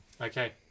Okay